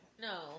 No